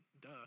duh